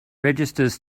registers